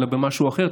אלא במשהו אחר,